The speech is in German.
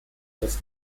das